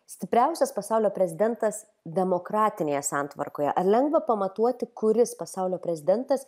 stipriausias pasaulio prezidentas demokratinėje santvarkoje ar lengva pamatuoti kuris pasaulio prezidentas